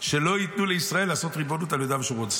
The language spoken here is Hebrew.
שלא ייתנו לישראל לעשות ריבונות על יהודה ושומרון.